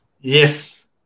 Yes